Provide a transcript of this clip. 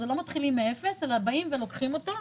לא מתחילים מאפס אלא לוקחים אותו.